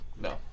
No